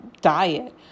diet